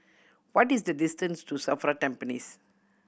what is the distance to SAFRA Tampines